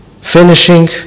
finishing